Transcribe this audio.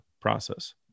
process